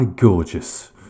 Gorgeous